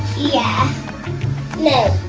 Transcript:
yeah no